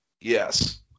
yes